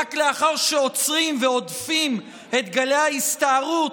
ורק לאחר שעוצרים והודפים את גלי ההסתערות,